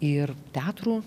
ir teatrų